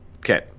okay